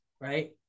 right